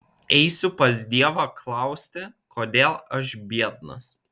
eisiu pas dievą klausti kodėl aš biednas